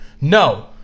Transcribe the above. No